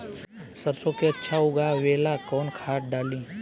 सरसो के अच्छा उगावेला कवन खाद्य डाली?